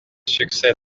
succès